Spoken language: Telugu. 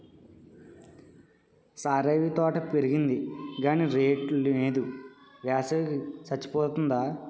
సరేవీ తోట పెరిగింది గాని రేటు నేదు, వేసవి కి సచ్చిపోతాంది